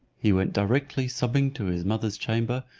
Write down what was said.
he went directly sobbing to his mother's chamber,